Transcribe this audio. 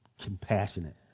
compassionate